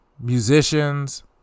musicians